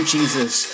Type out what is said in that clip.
Jesus